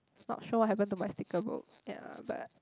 not sure what happened to my sticker book ya but